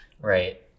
right